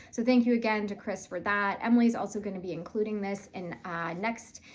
so thank you again to kris for that. emily's also going to be including this in next.